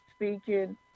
Speaking